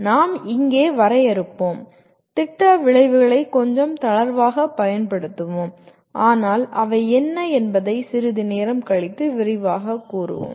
நாம் இங்கே வரையறுப்போம் திட்ட விளைவுகளை கொஞ்சம் தளர்வாகப் பயன்படுத்துவோம் ஆனால் அவை என்ன என்பதை சிறிது நேரம் கழித்து விரிவாகக் கூறுவோம்